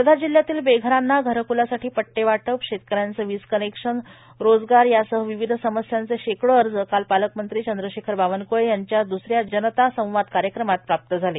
वर्धा जिल्ह्यातील बेघरांना घरक्लासाठी पट्टेवाटप शेतकऱ्यांचे वीज कनेक्शन रोजगार यासह विविध समस्यांचे शेकडो अर्ज काल पालकमंत्री चंद्रशेखर बावनक्ळे यांच्या द्सऱ्या जनतासंवाद कार्यक्रमात प्राप्त झाले